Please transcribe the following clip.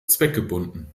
zweckgebunden